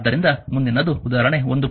ಆದ್ದರಿಂದ ಮುಂದಿನ ಉದಾಹರಣೆ 1